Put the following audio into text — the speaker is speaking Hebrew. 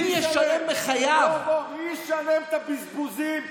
מי ישלם את המטוסים הפרטיים,